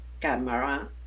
camera